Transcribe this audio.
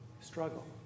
struggle